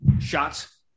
shots